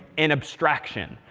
an abstraction.